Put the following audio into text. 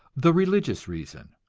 the religious reason.